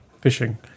Fishing